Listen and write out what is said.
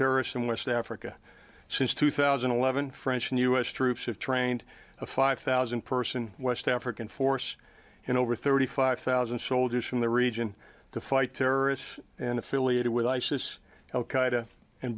terrorists in west africa since two thousand and eleven french and u s troops have trained a five thousand person west african force and over thirty five thousand soldiers from the region to fight terrorists and affiliated with isis